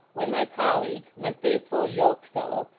when my colleague, my faithful yoke-fellow,